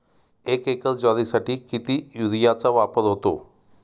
एक एकर ज्वारीसाठी किती युरियाचा वापर होतो?